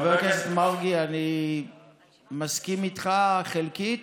חבר הכנסת מרגי, אני מסכים איתך חלקית.